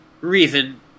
reason